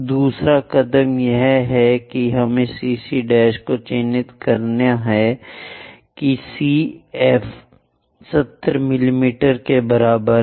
दूसरा कदम यह है कि हमें CC को चिन्हित करना है कि C F 70 मिमी के बराबर है